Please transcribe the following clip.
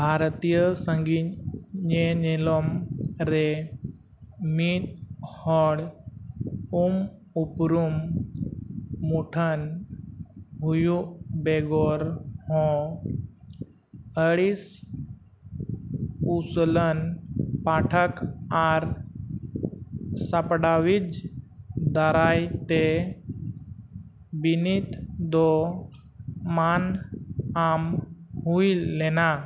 ᱵᱷᱟᱨᱚᱛᱤᱭᱚ ᱥᱟᱹᱜᱤᱧ ᱧᱮᱼᱧᱮᱞᱚᱢ ᱨᱮ ᱢᱤᱫ ᱦᱚᱲ ᱩᱢ ᱩᱯᱨᱩᱢ ᱢᱩᱴᱷᱟᱹᱱ ᱦᱩᱭᱩᱜ ᱵᱮᱜᱚᱨ ᱦᱚᱸ ᱟᱹᱰᱤ ᱩᱥᱩ ᱞᱟᱱ ᱯᱟᱴᱷᱚᱠ ᱟᱨ ᱥᱟᱯᱲᱟᱣᱤᱡ ᱫᱟᱨᱟᱭᱛᱮ ᱵᱤᱱᱤᱰ ᱫᱚ ᱢᱟᱹᱱ ᱮᱢ ᱦᱩᱭ ᱞᱮᱱᱟ